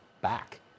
back